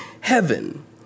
heaven